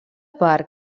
part